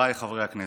חבריי חברי הכנסת,